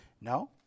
No